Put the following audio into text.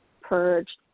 purge